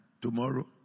tomorrow